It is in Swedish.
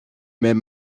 med